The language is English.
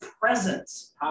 presence